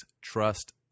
Trust